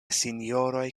sinjoroj